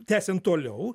tęsiant toliau